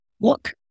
look